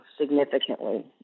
significantly